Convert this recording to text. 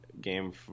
game